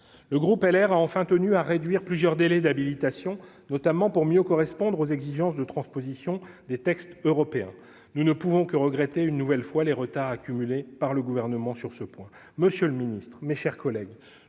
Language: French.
Le groupe Les Républicains a enfin tenu à réduire plusieurs délais d'habilitation, notamment pour mieux correspondre aux exigences de transposition des textes européens. Nous ne pouvons que regretter une nouvelle fois les retards accumulés par le Gouvernement sur ce point. Monsieur le ministre, mes chers collègues,